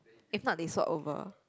if not they swap over